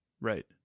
Right